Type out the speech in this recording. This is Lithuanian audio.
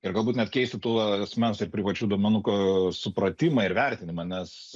ir galbūt net keisti tų asmens ir privačių duomenų supratimą ir vertinimą nes